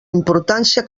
importància